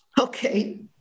Okay